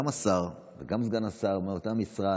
גם השר וגם סגן השר מאותו משרד,